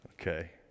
Okay